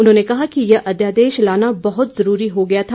उन्होंने कहा कि यह अध्यादेश लाना बहुत जरूरी हो गया था